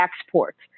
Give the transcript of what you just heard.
exports